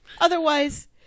Otherwise